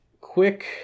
quick